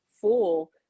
full